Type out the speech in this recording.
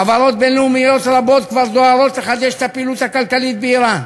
חברות בין-לאומיות רבות כבר דואגות לחדש את הפעילות הכלכלית באיראן.